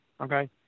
okay